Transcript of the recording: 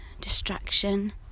distraction